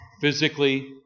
Physically